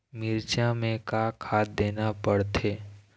मिरचा मे का खाद देना पड़थे?